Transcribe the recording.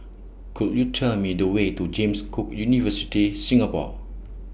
Could YOU Tell Me The Way to James Cook University Singapore